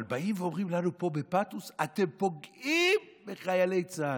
אבל באים ואומרים לנו פה בפתוס: אתם פוגעים בחיילי צה"ל.